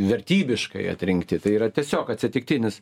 vertybiškai atrinkti tai yra tiesiog atsitiktinis